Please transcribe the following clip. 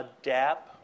adapt